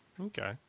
Okay